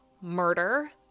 Murder